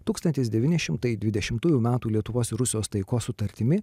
tūkstantis devyni šimtai dvidešimtųjų metų lietuvos ir rusijos taikos sutartimi